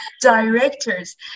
directors